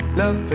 love